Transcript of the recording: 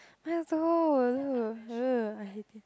mine also I hate it